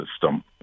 system